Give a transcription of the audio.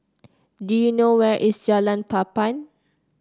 do you know where is Jalan Papan